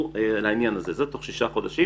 זה תוך שישה חודשים.